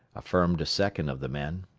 affirmed a second of the men.